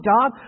God